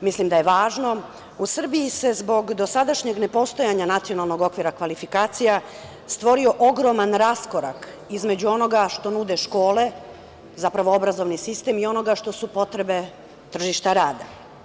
mislim da je važno, zbog dosadašnjeg nepostojanja Nacionalnog okvira kvalifikacija stvorio ogroman raskorak između onoga što nude škole, zapravo obrazovni sistem, i onoga što su potrebe tržišta rada.